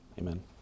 Amen